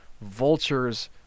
Vultures